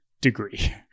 degree